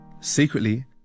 Secretly